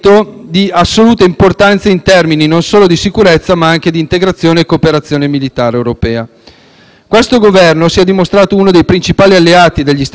Questo Governo si è dimostrato uno dei principali alleati degli Stati Uniti e non sarà questo accordo commerciale, che rientra nel perimetro dei principi di cooperazione economico-commerciali